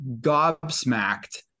gobsmacked